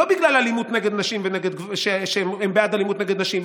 לא בגלל שהם בעד אלימות נגד נשים,